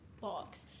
box